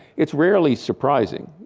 it's rarely surprising,